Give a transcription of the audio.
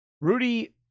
Rudy